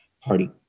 party